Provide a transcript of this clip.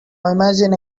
imagine